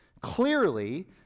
Clearly